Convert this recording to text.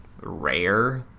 rare